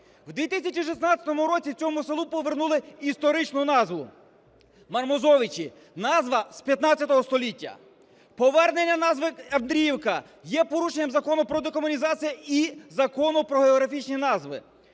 В 2016 році цьому селу повернули історичну назву Мармузовичі, назва з XV століття. Повернення назви Андріївка є порушенням Закону про декомунізацію і Закону "Про географічні назви".